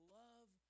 love